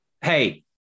Hey